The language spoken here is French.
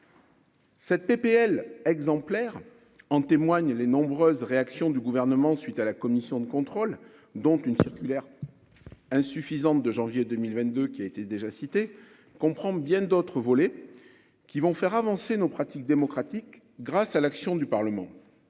Cette PPL exemplaire en témoignent, les nombreuses réactions du gouvernement suite à la commission de contrôle dont une circulaire insuffisante de janvier 2022, qui a été déjà cité comprend bien d'autres volets qui vont faire avancer nos pratiques démocratiques grâce à l'action du Parlement